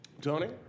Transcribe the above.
Tony